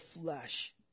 flesh